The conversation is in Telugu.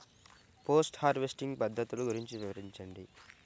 పోస్ట్ హార్వెస్టింగ్ పద్ధతులు గురించి వివరించండి?